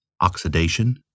oxidation